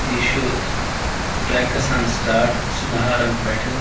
یہِ چھُ ٹرٛٮ۪ک گژھان سِٹاٹ سُدھارَن پٮ۪ٹھٕ